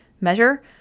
measure